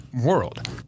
world